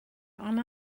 ond